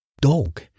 dog